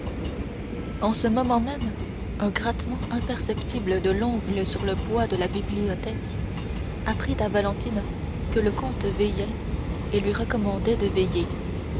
en ce moment même un grattement imperceptible de l'ongle sur le bois de la bibliothèque apprit à valentine que le comte veillait et lui recommandait de veiller